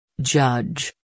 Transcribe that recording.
Judge